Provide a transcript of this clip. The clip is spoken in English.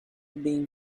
being